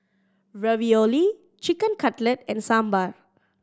Ravioli Chicken Cutlet and Sambar